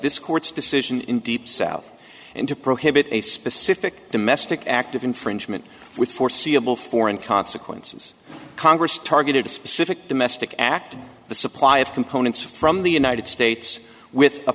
this court's decision in deep south and to prohibit a specific domestic act of infringement with foreseeable foreign consequences congress targeted a specific domestic act the supply of components from the united states with a